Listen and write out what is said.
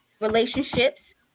relationships